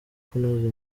kunoza